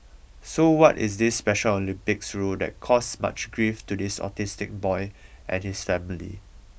so what is this Special Olympics rule that caused much grief to this autistic boy and his family